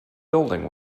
building